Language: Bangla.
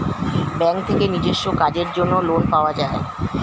ব্যাঙ্ক থেকে নিজস্ব কাজের জন্য লোন পাওয়া যায়